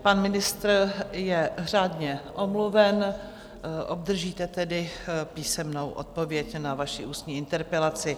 Pan ministr je řádně omluven, obdržíte tedy písemnou odpověď na vaši ústní interpelaci.